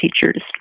teachers